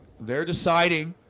they're deciding